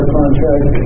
contract